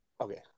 okay